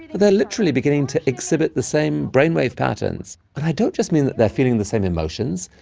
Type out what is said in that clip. they're literally beginning to exhibit the same brain-wave patterns. and i don't just mean they're feeling the same emotions.